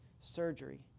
surgery